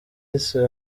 yise